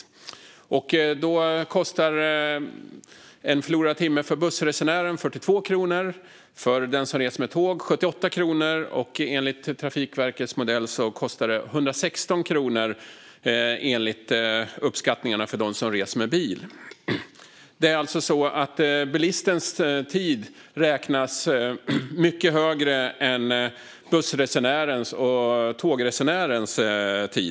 En förlorad timme kostar 42 kronor för bussresenären, 78 kronor för den som reser med tåg och, enligt uppskattningarna med hjälp av Trafikverkets modell, 116 kronor för den som reser med bil. Bilistens tid räknas alltså mycket högre än buss och tågresenärens.